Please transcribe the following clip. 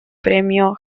premio